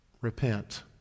Repent